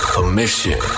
Commission